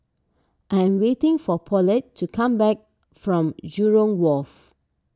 I am waiting for Paulette to come back from Jurong Wharf